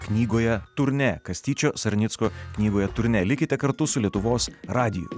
knygoje turnė kastyčio sarnicko knygoje turnė likite kartu su lietuvos radiju